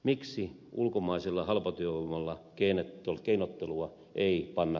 miksi ulkomaisella halpatyövoimalla keinottelua ei panna kuriin